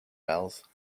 bells